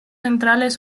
centrales